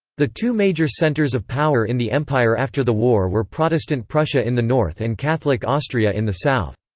the two major centers of power in the empire after the war were protestant prussia in the north and catholic austria in the south.